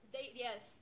Yes